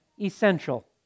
essential